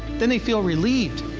then they feel relieved.